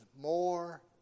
more